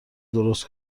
درست